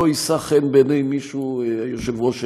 לא יישא חן בעיני מישהו היושב-ראש שלנו,